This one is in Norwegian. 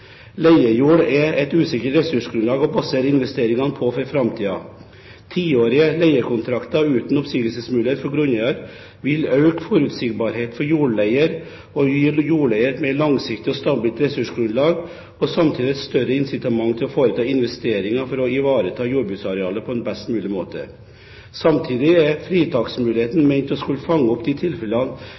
Leiejord er et usikkert ressursgrunnlag å basere investeringene på for framtiden. Tiårige leiekontrakter uten oppsigelsesmulighet for grunneier vil øke forutsigbarheten for jordleier og gi jordleier et mer langsiktig og stabilt ressursgrunnlag og samtidig et større incitament til å foreta investeringer for å ivareta jordbruksarealet på en best mulig måte. Samtidig er fritaksmuligheten ment å skulle fange opp de tilfellene